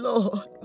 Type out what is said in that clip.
Lord